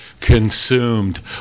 consumed